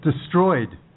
destroyed